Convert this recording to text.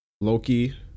Loki